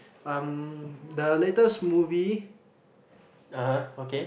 um the latest movie